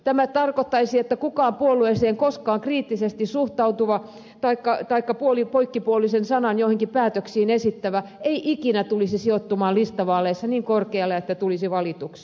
tämä tarkoittaisi että kukaan puolueeseen koskaan kriittisesti suhtautuva taikka poikkipuolisen sanan joihinkin päätöksiin esittävä ei ikinä tulisi sijoittumaan listavaaleissa niin korkealle että tulisi valituksi